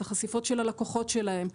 את החשיפות של הלקוחות שלהם,